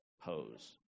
pose